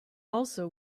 also